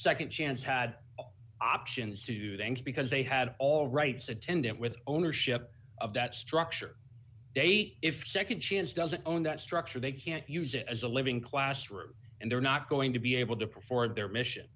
yes nd chance had options to them because they had all rights attendant with ownership of that structure eight if nd chance doesn't own that structure they can't use it as a living classroom and they're not going to be able to perform their mission